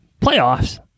Playoffs